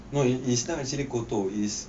no is not actually kotor is